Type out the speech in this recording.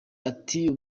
ati